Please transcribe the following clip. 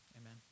Amen